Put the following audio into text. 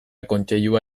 kontseilua